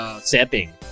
Setting